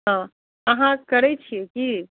हँ अहाँ करै छिए कि